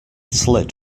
slid